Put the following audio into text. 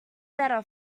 better